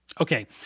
Okay